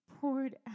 poured